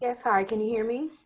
yes. hi. can you hear me.